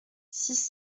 six